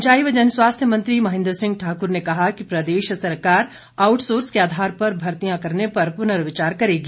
सिंचाई व जनस्वास्थ्य मंत्री महेंद्र सिंह ठाकुर ने कहा कि प्रदेश सरकार आउटसोर्स के आधार पर भर्तियां करने पर पुनर्विचार करेगी